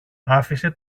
άφησε